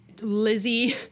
Lizzie